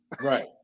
Right